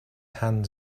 hands